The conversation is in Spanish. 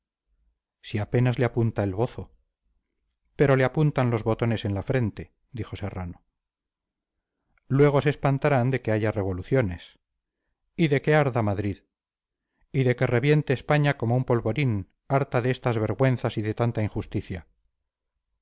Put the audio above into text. si apenas le apunta el bozo pero le apuntan los botones en la frente dijo serrano luego se espantarán de que haya revoluciones y de que arda madrid y de que reviente españa como un polvorín harta de estas vergüenzas y de tanta injusticia